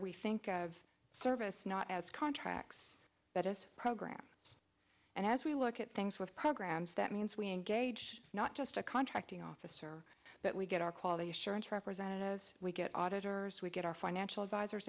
we think of service not as contracts that is program and as we look at things with programs that means we engage not just a contracting officer but we get our quality assurance representatives we get auditors we get our financial advisors